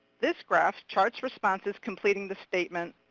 this graph charts responses completing the statement,